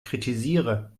kritisiere